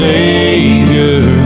Savior